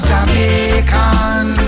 Jamaican